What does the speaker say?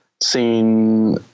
seen